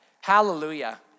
Hallelujah